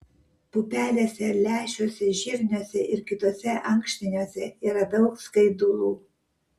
pupelėse lęšiuose žirniuose ir kituose ankštiniuose yra daug skaidulų